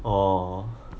orh